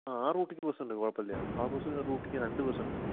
ആ ആ റൂട്ടിലേക്ക് ബസ്സുണ്ട് കുഴപ്പമില്ല ആ ബസ്സ് റൂട്ടിലേക്ക് രണ്ട് ബസ്സുണ്ട്